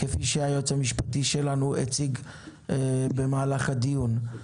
כפי שהיועץ המשפטי שלנו הציג במהלך הדיון.